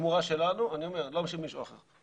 שמורה שלנו, אני אומר, לא של מישהו אחר.